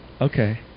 Okay